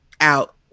Out